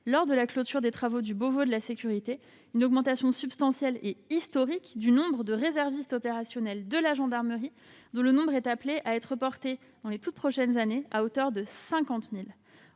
lors de la clôture des travaux du Beauvau de la sécurité, une augmentation substantielle et historique du nombre de réservistes opérationnels de la gendarmerie, appelé à être porté à 50 000 dans les toutes prochaines années. Ce sont